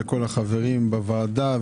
לכל החברים בוועדה,